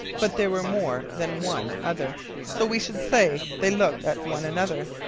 but there were more than one other so we should say they looked at one another,